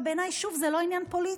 בעיניי, שוב, זה לא עניין פוליטי,